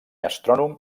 astrònom